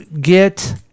get